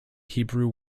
hebrew